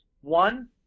one